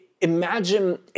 Imagine